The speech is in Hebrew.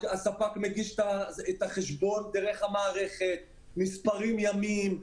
הספק מגיש את החשבון דרך המערכת, נספרים ימים,